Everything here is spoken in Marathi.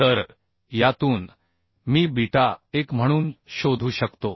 तर यातून मी बीटा 1 म्हणून शोधू शकतो